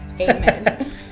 Amen